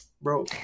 bro